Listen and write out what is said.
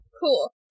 cool